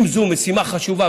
משימה חשובה,